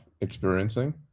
experiencing